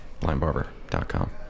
blindbarber.com